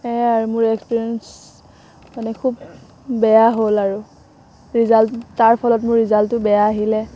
সেইয়াই মোৰ এক্সপেৰিয়েঞ্চ মানে খুব বেয়া হ'ল আৰু ৰিজাল্ট তাৰ ফলত মোৰ ৰিজাল্টটো বেয়া আহিলে